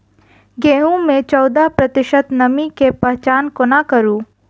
गेंहूँ मे चौदह प्रतिशत नमी केँ पहचान कोना करू?